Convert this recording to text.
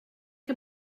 que